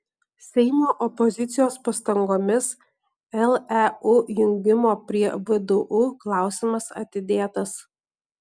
seimo opozicijos pastangomis leu jungimo prie vdu klausimas atidėtas